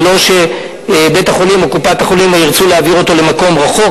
ולא שבית-החולים או קופת-החולים ירצו להעביר אותו למקום רחוק.